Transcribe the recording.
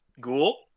Ghoul